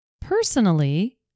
Personally